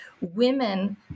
Women